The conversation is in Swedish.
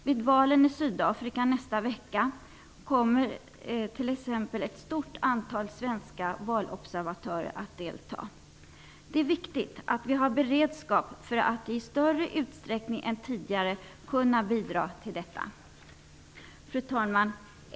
Vid valen i Sydafrika nästa vecka kommer t.ex. ett stort antal svenska valobservatörer att delta. Det är viktigt att vi har beredskap för att i större utsträckning än tidigare bidra till detta. Fru talman!